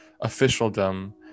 officialdom